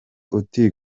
uti